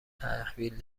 تحویل